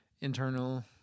internal